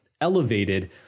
elevated